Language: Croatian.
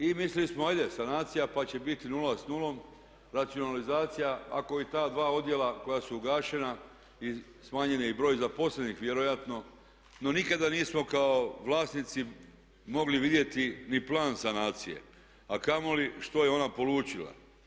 I mislili smo ajde pa će biti nula s nulom, racionalizacija ako i ta dva odjela koja su ugašena i smanjen je i broj zaposlenih vjerojatno no nikada nismo kao vlasnici mogli vidjeti ni plan sanacije a kamoli što je ona polučila.